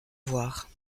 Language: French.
voir